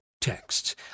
texts